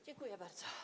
Dziękuję bardzo.